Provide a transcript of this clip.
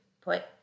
put